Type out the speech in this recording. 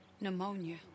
Pneumonia